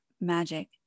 magic